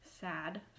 sad